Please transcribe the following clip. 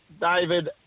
David